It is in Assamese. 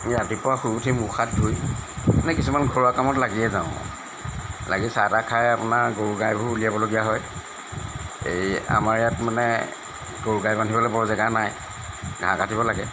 আমি ৰাতিপুৱা শুই উঠি মুখ হাত ধুই মানে কিছুমান ঘৰুৱা কামত লাগিয়ে যাওঁ লাগি চাহ তাহ খাই আপোনাৰ গৰু গাইবোৰ উলিয়াবলগীয়া হয় এই আমাৰ ইয়াত মানে গৰু গাই বান্ধিবলে বৰ জেগা নাই ঘাঁহ কাটিব লাগে